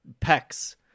pecs